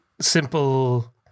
Simple